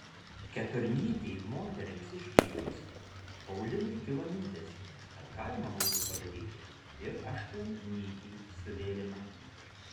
keturnytį moterims išgyrus paulinui kilo mintis kad galima būtų padaryti ir aštuonnytį suvėrimą